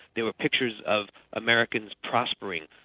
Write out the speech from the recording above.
there were pictures of americans prospering,